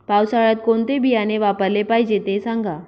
पावसाळ्यात कोणते बियाणे वापरले पाहिजे ते सांगा